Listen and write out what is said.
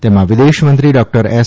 તેમાં વિદેશમંત્રી doctor S